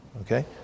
Okay